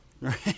Right